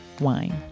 wine